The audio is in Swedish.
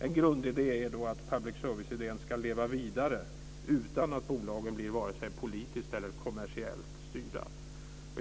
En grundidé är att public serviceidén ska leva vidare utan att bolagen blir vare sig politiskt eller kommersiellt styrda.